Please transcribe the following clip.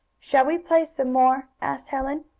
shall we play some more? asked helen.